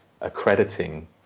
accrediting